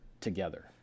together